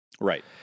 Right